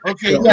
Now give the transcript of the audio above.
Okay